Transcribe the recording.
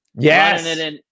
Yes